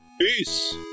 Peace